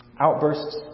Outbursts